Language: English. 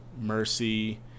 Mercy